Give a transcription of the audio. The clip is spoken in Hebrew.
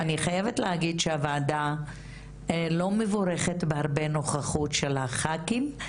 אני חייבת להגיד שהוועדה לא מבורכת בהרבה נוכחות של הח"כים,